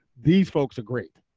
these folks are great.